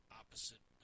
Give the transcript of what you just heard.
opposite